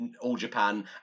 All-Japan